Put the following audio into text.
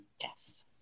Yes